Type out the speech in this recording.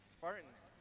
Spartans